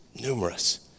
numerous